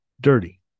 dirty